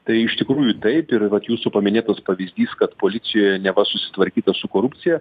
tai iš tikrųjų taip ir vat jūsų paminėtas pavyzdys kad policijoje neva susitvarkyta su korupcija